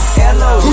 hello